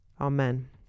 Amen